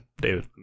David